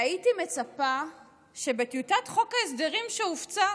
והייתי מצפה שבטיוטת חוק ההסדרים שהופצה,